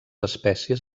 espècies